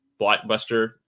blockbuster